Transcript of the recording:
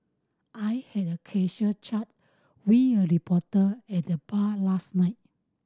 I had a casual chat with a reporter at the bar last night